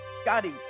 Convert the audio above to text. Scotty